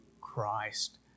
Christ